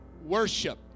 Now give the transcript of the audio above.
worship